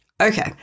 Okay